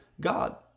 God